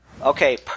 Okay